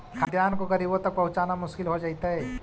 खाद्यान्न को गरीबों तक पहुंचाना मुश्किल हो जइतइ